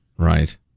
Right